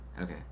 Okay